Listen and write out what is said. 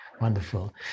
Wonderful